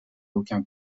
aucun